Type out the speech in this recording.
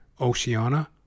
Oceana